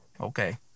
Okay